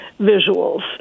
visuals